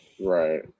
Right